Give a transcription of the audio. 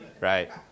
Right